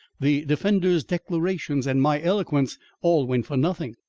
the defendant's declarations, and my eloquence all went for nothing.